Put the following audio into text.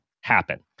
happen